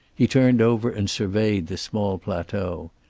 he turned over and surveyed the small plateau.